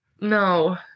no